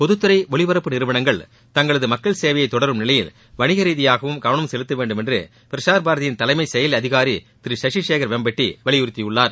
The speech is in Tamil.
பொதுத்துறை ஒலிபரப்பு நிறுவனங்கள் தங்களது மக்கள் சேவையை தொடரும் நிலையில் வணிக ரீதியாகவும் கவனம் செலுத்த வேண்டும் என்று பிரசார் பாரதியின் தலைமை செயல் அதிகாரி திரு ஷஷி சேகர் வேம்பட்டி வலியுறுத்தியுள்ளார்